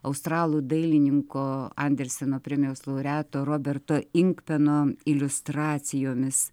australų dailininko anderseno premijos laureato roberto inkpeno iliustracijomis